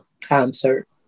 concert